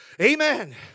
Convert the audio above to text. Amen